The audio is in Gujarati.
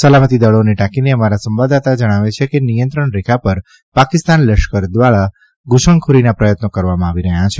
સલામતિ દળોને ટાંકીને અમારા સંવાદદાતા જણાવે છે કે નિયંત્રણ રેખા પર પાકિસ્તાન લશ્કર દ્વારા ધુસણખોરીના પ્રથત્નો કરવામાં આવી રહ્યા છે